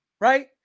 Right